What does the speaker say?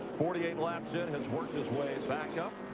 forty eight laps in has worked his way back up.